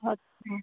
अच्छा